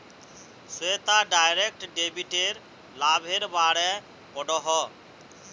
Shweta direct डेबिटेर लाभेर बारे पढ़ोहो